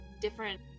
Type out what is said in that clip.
different